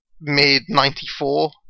mid-94